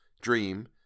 dream